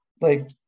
Like-